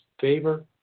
favor